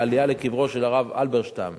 העלייה לקברו של הרב הלברשטאם